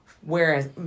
Whereas